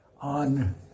on